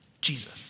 Jesus